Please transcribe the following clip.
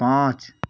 पाँच